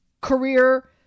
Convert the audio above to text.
career